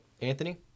Anthony